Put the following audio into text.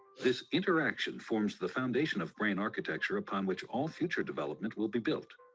this interaction forms, the foundation of green architecture upon which all future development will be built.